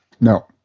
No